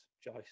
choice